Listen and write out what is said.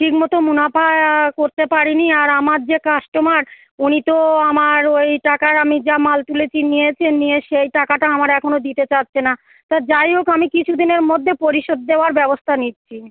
ঠিক মতো মুনাফা করতে পারি নি আর আমার যে কাস্টমার উনি তো আমার ওই টাকার আমি যা মাল তুলেছি নিয়েছেন নিয়ে সেই টাকাটা আমার এখনও দিতে চাইছে না তা যাই হোক আমি কিছু দিনের মধ্যে পরিশোধ দেওয়ার ব্যবস্থা নিচ্ছি